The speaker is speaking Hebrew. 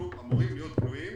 אנחנו אמורים להיות בנויים